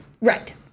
Right